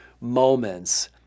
moments